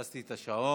איפסתי את השעון.